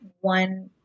One